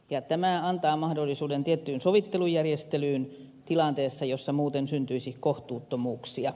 tämä antaa mahdollisuuden tiettyyn sovittelujärjestelyyn tilanteessa jossa muuten syntyisi kohtuuttomuuksia